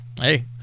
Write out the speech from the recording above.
hey